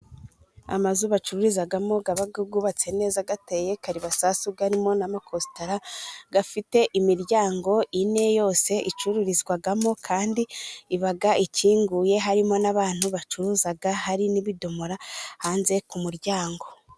Amazu bacururizamo aba yubatse neza, ateye karibasasu arimo n'amakositara, afite imiryango ine, yose icururizwamo kandi ibaga ikinguye, harimo n'abantu bacuruza, hari n'ibidomoro hanze ku muryango.